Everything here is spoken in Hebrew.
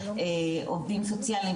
עובדים סוציאליים,